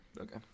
Okay